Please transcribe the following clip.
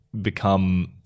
become